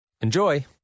Enjoy